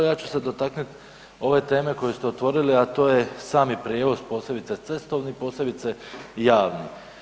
Ja ću se dotaknut ove teme koju ste otvorili, a to je sami prijevoz, posebice cestovni, posebice javni.